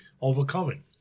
overcoming